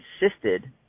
insisted